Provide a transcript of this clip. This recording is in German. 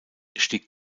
stieg